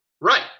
Right